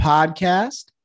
Podcast